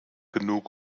genug